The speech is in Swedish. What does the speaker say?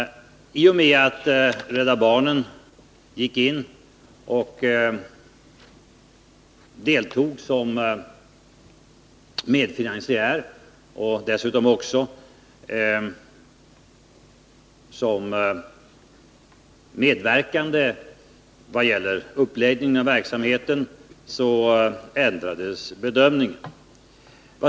I och med att Rädda barnen gick in och deltog som medfinansiär och dessutom medverkade vid uppläggningen av verksamheten ändrades också bedömningen.